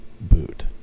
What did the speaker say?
boot